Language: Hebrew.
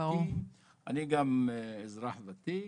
אני גם אזרח ותיק,